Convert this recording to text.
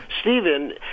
Stephen